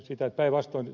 onkohan ed